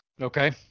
Okay